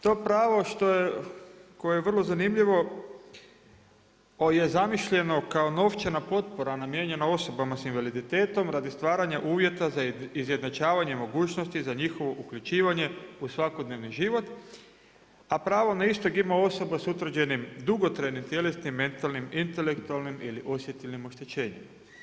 To pravo koje je vrlo zanimljivo je zamišljeno kao novčana potpora namijenjena osobama sa invaliditetom radi stvaranja uvjeta za izjednačavanje mogućnosti za njihovo uključivanje u svakodnevni život a pravo na istog ima osoba sa utvrđenim dugotrajnim tjelesnim, mentalnim, intelektualnim ili osjetilnim oštećenjima.